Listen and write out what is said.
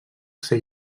ser